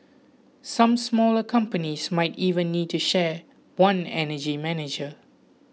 some smaller companies might even need to share one energy manager